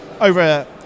over